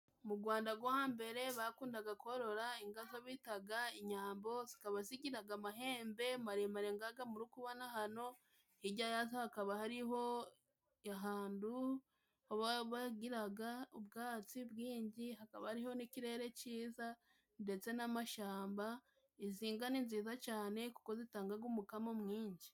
Mu Gwanda gwo hambere bakundaga korora inga zo bitaga inyambo, zikaba zigiraga amahembe maremare ngaga muri kubona hano, hijya yazo hakaba hariho ahantu bagiraga ubwatsi bwinshi, hakaba hariho n'ikirere cyiza, ndetse n'amashamba, izi nga ni nziza cyane kuko zitangaga umukamo mwinshi.